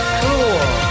cool